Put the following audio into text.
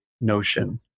notion